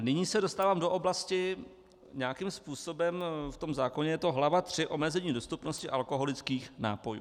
Nyní se dostávám do oblasti... nějakým způsobem v tom zákoně je to hlava III Omezení dostupnosti alkoholických nápojů.